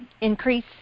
increase